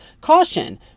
caution